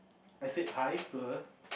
I said hi to her